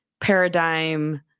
paradigm